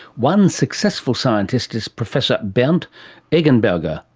one successful scientist is professor bernd eggenberger,